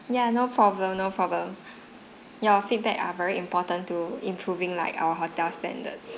yeah no problem no problem your feedback are very important to improving like our hotel's standards